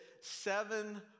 seven